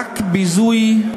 רק ביזוי,